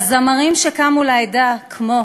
והזמרים שקמו לעדה, כמו